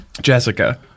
Jessica